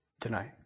tonight